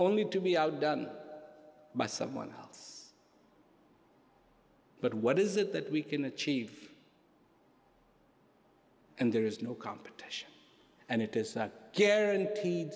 only to be outdone by someone else but what is it that we can achieve and there is no competition and it is guaranteed